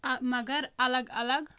آ مَگر اَلگ اَلگ